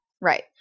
Right